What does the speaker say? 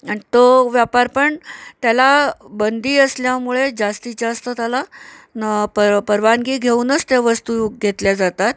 आणि तो व्यापार पण त्याला बंदी असल्यामुळे जास्तीत जास्त त्याला न पर परवानगी घेऊनच त्या वस्तू घेतल्या जातात